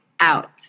out